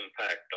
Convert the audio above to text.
impact